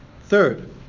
Third